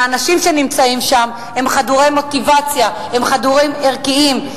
אבל האנשים שנמצאים שם הם חדורי מוטיבציה והם חדורי ערכים.